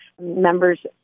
members